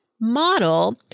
model